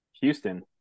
Houston